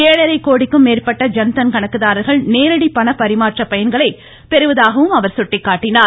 ஏழரை கோடிக்கும் மேற்பட்ட ஜன்தன் கணக்குதாரர்கள் நேரடி பணப்பரிமாற்ற பயன்களை பெறுதாகவும் அவர் சுட்டிக்காட்டினார்